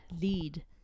lead